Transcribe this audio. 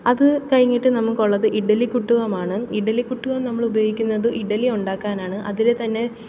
അത് കഴിഞ്ഞിട്ട് നമുക്കുള്ളത് ഇഡ്ഡലി കുട്ടുകമാണ് ഇഡ്ഡലി കുട്ടികം നമ്മള് ഉപയോഗിക്കുന്നത് ഇഡ്ഡലി ഉണ്ടാക്കാനാണ് അതിലെ തന്നെ